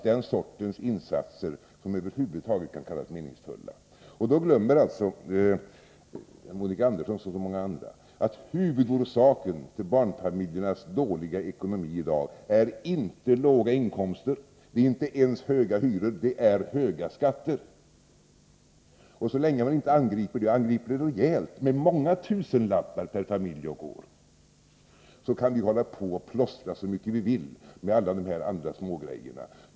Den sortens insatser kan över huvud taget inte kallas meningsfulla. Monica Andersson liksom så många andra glömmer att huvudorsaken till barnfamiljernas dåliga ekonomi i dag inte är låga inkomster. Det är inte ens höga hyror. Det är höga skatter. Så länge man inte angriper det problemet rejält med många tusenlappar per familj och år, kan vi hålla på och plåstra hur mycket vi vill med alla dessa smågrejor.